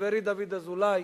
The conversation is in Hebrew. חברי דוד אזולאי,